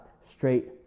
straight